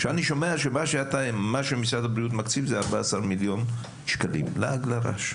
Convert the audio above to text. כשאני שומע שמה שמשרד הבריאות מקציב זה 14 מיליון שקלים זה לעג לרש.